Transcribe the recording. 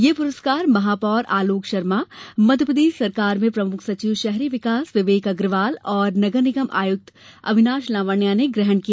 यह प्रस्कार महापौर आलोक शर्मा मध्यप्रदेश सरकार में प्रमुख सचिव शहरी विकास विवेक अग्रवाल और नगर निगम आयुक्त अविनाष लावण्या ने गृहण किया